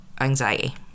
anxiety